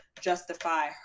justify